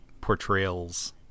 portrayals